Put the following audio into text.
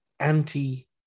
Anti